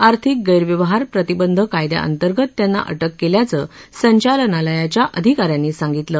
आर्थिक गैरव्यवहार प्रतिबंध कायद्याअंतर्गत त्यांना अटक केल्याचं संचालनालयाच्या अधिका यांनी सांगितलं